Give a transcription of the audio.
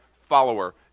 follower